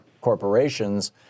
corporations